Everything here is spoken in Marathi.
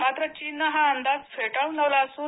मात्र चीनने हा अंदाज फेटाळून लावला असून